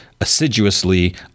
assiduously